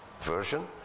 version